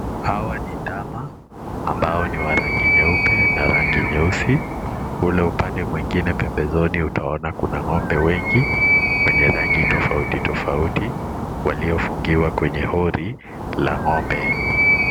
Hawa ni ndama ambao ni wa rangi nyeupe na rangi nyeusi. Ule upande mwingine pembezoni utaona kuna ng'ombe wengi wenye rangi tofauti tofauti waliofungiwa kwenye hori la ng'ombe.